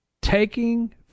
Taking